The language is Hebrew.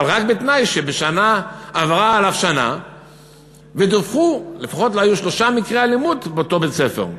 אבל רק בתנאי שעברה שנה לפחות ולא היו שלושה מקרי אלימות באותו בית-ספר.